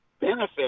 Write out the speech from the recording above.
benefit